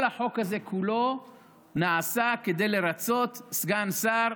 כל החוק הזה כולו נעשה כדי לרצות סגן שר,